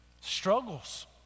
Struggles